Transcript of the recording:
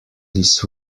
this